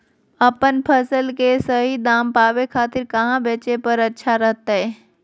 अपन फसल के सही दाम पावे खातिर कहां बेचे पर अच्छा रहतय?